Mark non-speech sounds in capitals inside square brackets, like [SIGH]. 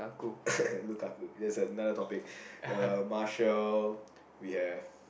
[LAUGHS] Lukaku that's another topic Martial we have